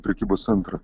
prekybos centrą